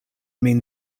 min